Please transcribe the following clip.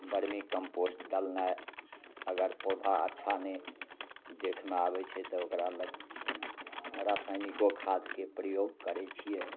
vermi compost डालनाइ अगर पौधा अच्छा नहि देखमे आबै छै तऽ ओकरामे रासायनिको खादके प्रयोग करै छिए